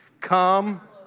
Come